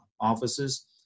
offices